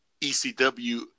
ecw